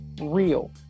real